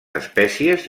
espècies